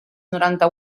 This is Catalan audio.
noranta